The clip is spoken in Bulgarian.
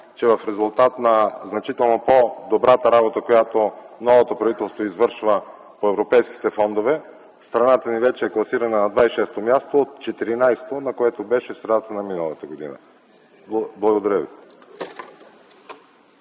че в резултат на „значително по-добрата работа”, която новото правителство извършва по европейските фондове, страната ни вече е класирана на 26 място от 14, на което беше в средата на миналата година. Благодаря Ви.